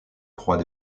croix